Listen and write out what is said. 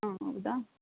ಹಾಂ ಹೌದಾ